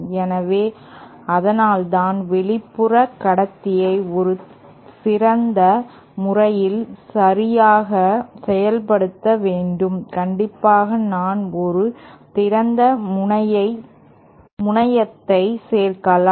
எனவே அதனால்தான் வெளிப்புற கடத்தியை ஒரு திறந்த முறையில் சரியாக செயல்படுத்த வேண்டும் கண்டிப்பாக நான் ஒரு திறந்த முனையத்தை சேர்க்கலாம்